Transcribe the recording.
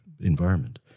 environment